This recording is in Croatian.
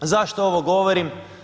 Zašto ovo govorim?